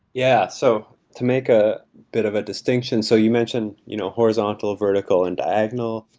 yeah so to make a bit of a distinction, so you mentioned you know horizontal, vertical and diagonal,